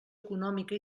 econòmica